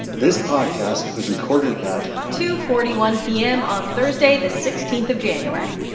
this podcast was recorded at. two forty one p m. on thursday, the sixteen of january